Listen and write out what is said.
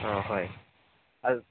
অঁ হয় আৰু